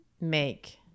make